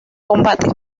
combate